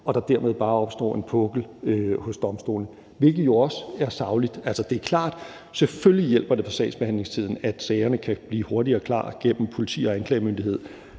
så der derved bare opstår en pukkel hos domstolene. Det er jo også sagligt. Det er klart, at selvfølgelig hjælper det på sagsbehandlingstiden, at sagerne kan blive hurtigere klar gennem politi og anklagemyndighed.